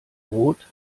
droht